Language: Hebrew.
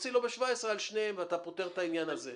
תוציא לו ב-2017 על שניהם ואתה פותר את העניין הזה.